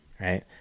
right